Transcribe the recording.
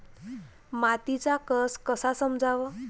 मातीचा कस कसा समजाव?